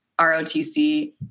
ROTC